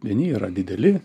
vieni yra dideli